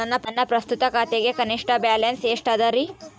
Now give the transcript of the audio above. ನನ್ನ ಪ್ರಸ್ತುತ ಖಾತೆಗೆ ಕನಿಷ್ಠ ಬ್ಯಾಲೆನ್ಸ್ ಎಷ್ಟು ಅದರಿ?